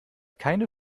keine